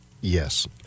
Yes